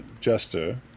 Jester